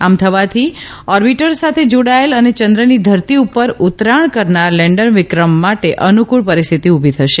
આમ થવાથી ઓર્બીટર સાથે જાડાયેલ અને ચંદ્રની ધરતી ઉપર ઊતરાણ કરનાર લેન્ડર વિક્રમ માટે અનુક્રળ પરિસ્થિતી ઉલી થશે